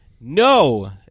no